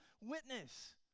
witness